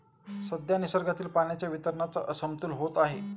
सध्या निसर्गातील पाण्याच्या वितरणाचा असमतोल होत आहे